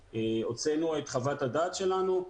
הוצאנו את חוות הדעת שלנו,